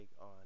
on